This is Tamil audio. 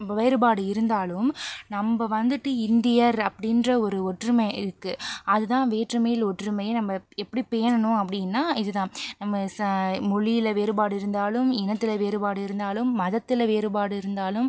வேறுபாடு இருந்தாலும் நம்ப வந்துட்டு இந்தியர் அப்படின்ற ஒரு ஒற்றுமை இருக்குது அதுதான் வேற்றுமையில் ஒற்றுமை நம்ப எப்படி பேணணும் அப்படின்னா இதுதான் நம்ப மொழியில் வேறுபாடு இருந்தாலும் இனத்தில் வேறுபாடு இருந்தாலும் மதத்தில் வேறுபாடு இருந்தாலும்